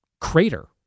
crater